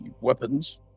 weapons